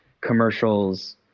commercials